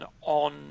on